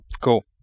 Cool